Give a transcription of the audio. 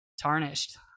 tarnished